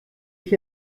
ich